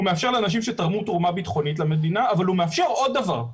הוא מאפשר לאנשים שתרמו תרומה ביטחונית למדינה אבל הוא מאפשר עוד דבר,